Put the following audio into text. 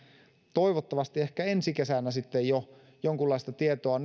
toivottavasti ehkä ensi kesänä sitten jo jonkunlaista tietoa